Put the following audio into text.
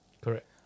Correct